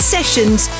Sessions